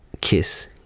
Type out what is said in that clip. kiss